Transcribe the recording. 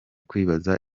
kwibaza